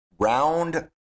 Round